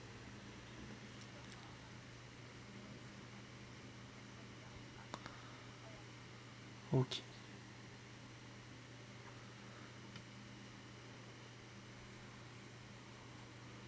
okay